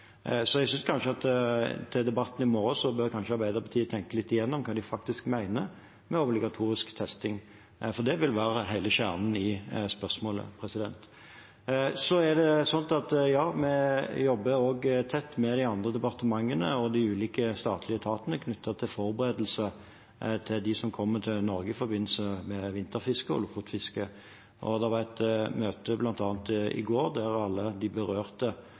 Så jeg synes at til debatten i morgen bør kanskje Arbeiderpartiet tenke litt gjennom hva de faktisk mener med obligatorisk testing, for det vil være hele kjernen i spørsmålet. Ja, vi jobber også tett med de andre departementene og de ulike statlige etatene når det gjelder forberedelser til dem som kommer til Norge i forbindelse med vinterfisket og lofotfisket. Det var bl.a. et møte i går der alle de berørte